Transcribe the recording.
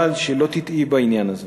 אבל שלא תטעי בעניין הזה,